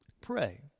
Pray